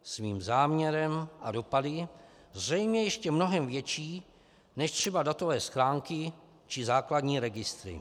Svým záměrem a dopady zřejmě ještě mnohem větší než třeba datové schránky či základní registry.